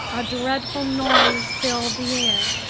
a dreadful noise filled the air,